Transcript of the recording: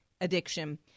addiction